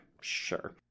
sure